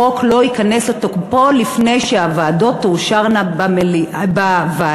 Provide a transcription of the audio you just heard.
החוק לא ייכנס לתוקפו לפני שהתקנות תאושרנה בוועדה.